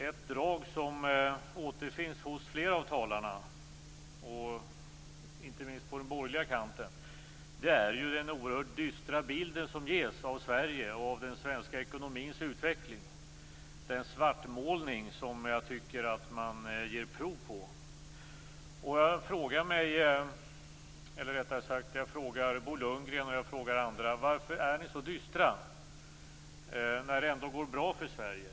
Ett drag som återfinns hos flera av talarna, inte minst på den borgerliga kanten, är den oerhört dystra bild som ges av Sverige och av den svenska ekonomins utveckling - den svartmålning som jag tycker att man ger prov på. Jag frågar Bo Lundgren och er andra: Varför är ni så dystra, när det ändå går bra för Sverige?